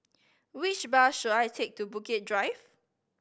which bus should I take to Bukit Drive